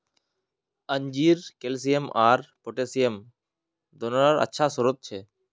अंजीर कैल्शियम आर पोटेशियम दोनोंरे अच्छा स्रोत छे